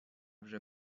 вже